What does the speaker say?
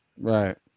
right